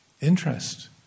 interest